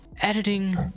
editing